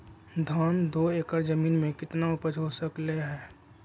धान दो एकर जमीन में कितना उपज हो सकलेय ह?